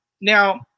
Now